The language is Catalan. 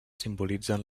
simbolitzen